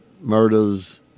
murders